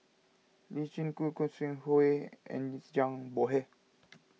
Lee Chin Koon Khoo Sui Hoe and Zhang Bohe